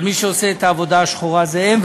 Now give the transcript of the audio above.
אבל מי שעושה את העבודה השחורה זה הם,